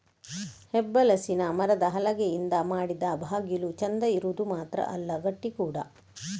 ಹೆಬ್ಬಲಸಿನ ಮರದ ಹಲಗೆಯಿಂದ ಮಾಡಿದ ಬಾಗಿಲು ಚಂದ ಇರುದು ಮಾತ್ರ ಅಲ್ಲ ಗಟ್ಟಿ ಕೂಡಾ